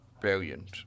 brilliant